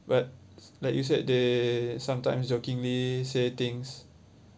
but like you said they sometimes jokingly say things